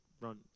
run